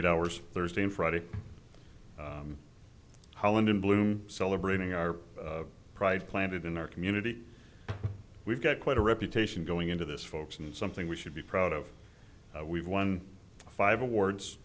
eight hours thursday and friday holland in bloom celebrating our pride planted in our community we've got quite a reputation going into this folks and something we should be proud of we've won five awards